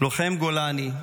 לוחם גולני,